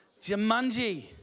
Jumanji